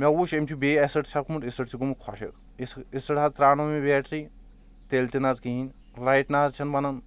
مےٚ وٕچھ أمۍ چھُ بییٚہِ ایٚسڈ چھکمُت ایٚسڈ چھُ گوٚومُت خۄشٕک ایٚسڈ حظ تراونٲو مےٚ بیٹری تیٚلہِ تہِ نہ حظ کہِنۍ لایٹ نہ حظ چھنہٕ بنان